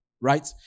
right